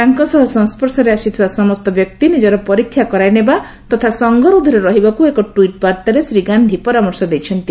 ତାଙ୍କ ସହ ସଂସର୍ଶରେ ଆସିଥିବା ସମସ୍ତ ବ୍ୟକ୍ତି ନିଜର ପରୀକ୍ଷା କରାଇନେବା ତଥା ସଙ୍ଗରୋଧରେ ରହିବାକୁ ଏକ ଟ୍ୱିଟ୍ ବାର୍ଭରେ ଶ୍ରୀ ଗାନ୍ଧି ପରାମର୍ଶ ଦେଇଛନ୍ତି